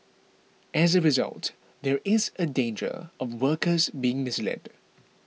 as a result there is a danger of workers being misled